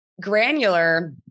granular